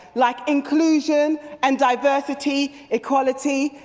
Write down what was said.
like inclusion, and diversity, equality,